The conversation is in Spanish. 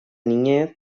niñez